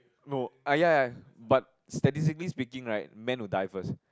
no ah ya ya ya but statistically speaking like man will die first